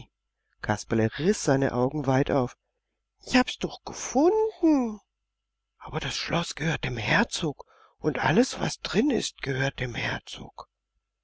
kasperle riß seine augen weit auf ich hab's doch gefunden aber das schloß gehört dem herzog und alles was drin ist gehört dem herzog